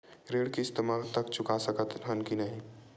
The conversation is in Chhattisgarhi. ऋण किस्त मा तक चुका सकत हन कि नहीं?